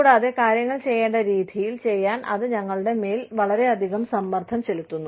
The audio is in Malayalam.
കൂടാതെ കാര്യങ്ങൾ ചെയ്യേണ്ട രീതിയിൽ ചെയ്യാൻ അത് ഞങ്ങളുടെ മേൽ വളരെയധികം സമ്മർദ്ദം ചെലുത്തുന്നു